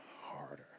harder